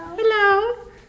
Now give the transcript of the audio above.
Hello